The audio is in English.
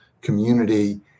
community